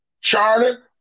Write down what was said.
Charter